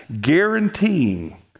guaranteeing